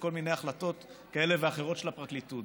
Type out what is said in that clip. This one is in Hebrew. לכל מיני החלטות כאלה ואחרות של הפרקליטות,